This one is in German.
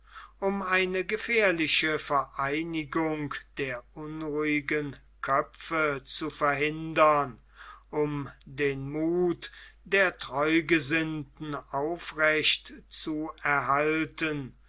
um eine gefährliche vereinigung der unruhigen köpfe zu verhindern um den muth der treugesinnten aufrecht zu erhalten